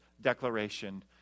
declaration